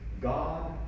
God